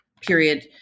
period